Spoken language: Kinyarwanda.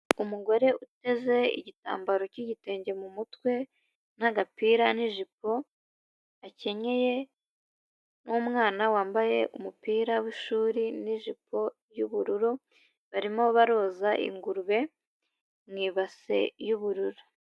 Umugore uteze igitambaro cy'igitenge mu mutwe, n'agapira n'ijipo, akenyeye n'umwana wambaye umupira w'ishuri n'ijipo y'ubururu. Barimo baroza ingurube, mu ibase y'ubururu.